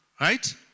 right